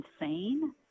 insane